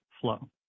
flow